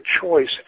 choice